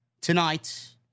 tonight